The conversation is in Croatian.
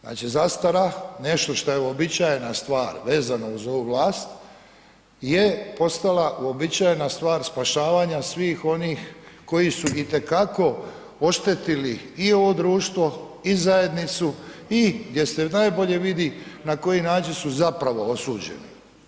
Znači zastara nešto što je uobičajena stvar, vezano je uz ovu vlast je postala uobičajena stvar spašavanja svih onih koji su itekako oštetili i ovo društvo i zajednicu i gdje se najbolje vidi na koji način su zapravo osuđeni.